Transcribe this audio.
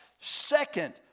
second